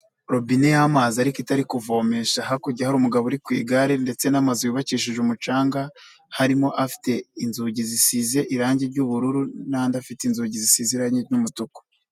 Robine y'amazi ariko itari kuvomesha, hakurya hari umugabo uri ku igare ndetse n'amazu yubakishije umucanga, harimo afite inzugi zisize irangi ry'ubururu n'andi afite inzugi zisize irange ry'umutuku.